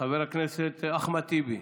חבר הכנסת אחמד טיבי,